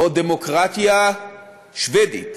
או דמוקרטיה שבדית,